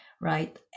right